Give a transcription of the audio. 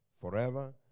forever